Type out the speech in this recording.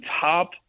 top